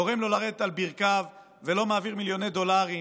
גורם לו לרדת על ברכיו ולא מעביר מיליוני דולרים